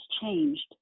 changed